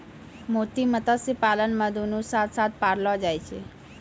मोती मत्स्य पालन मे दुनु साथ साथ पाललो जाय छै